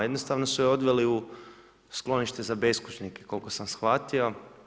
Jednostavno su je odveli u sklonište za beskućnike, koliko sam shvatio.